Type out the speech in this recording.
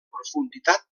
profunditat